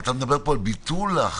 אבל אתה מדבר פה על ביטול ההכרזה.